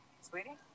Sweetie